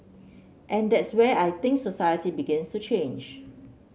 and that's where I think society begins to change